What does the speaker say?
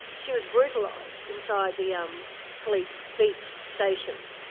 she was brutalised inside the um police beat station,